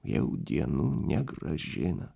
jau dienų negrąžina